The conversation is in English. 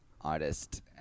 artist